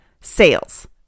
sales